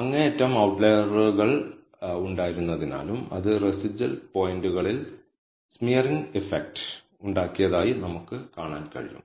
അങ്ങേയറ്റം ഔട്ട്ലൈയർ ഉണ്ടായിരുന്നതിനാലും അത് റെസിജ്വൽ പോയിന്റുകളിൽ സ്മിയറിങ് ഇഫക്റ്റ് ഉണ്ടാക്കിയതായി നമുക്ക് കാണാൻ കഴിയും